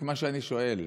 למה?